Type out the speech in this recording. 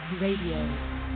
Radio